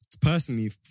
personally